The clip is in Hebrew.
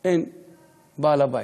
אין בעל הבית,